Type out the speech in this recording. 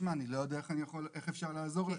אני לא יודע איך אפשר לעזור לך.